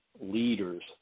leaders